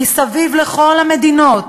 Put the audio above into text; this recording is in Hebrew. מסביב לכל המדינות,